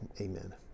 amen